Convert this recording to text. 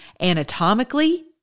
anatomically